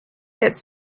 its